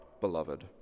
beloved